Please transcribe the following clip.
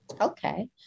okay